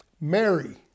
Mary